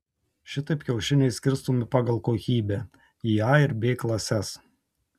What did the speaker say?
šitaip kiaušiniai skirstomi pagal kokybę į a ir b klases